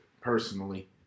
personally